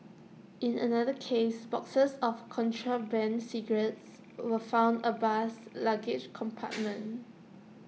in another case boxes of contraband cigarettes were found A bus's luggage compartment